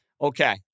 Okay